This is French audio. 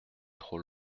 trop